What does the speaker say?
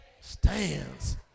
stands